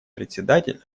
председатель